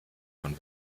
von